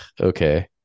okay